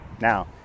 Now